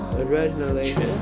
originally